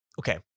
okay